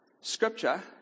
scripture